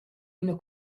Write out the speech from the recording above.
üna